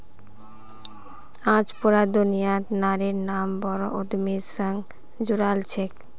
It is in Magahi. आज पूरा दुनियात नारिर नाम बोरो उद्यमिर संग जुराल छेक